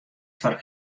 foar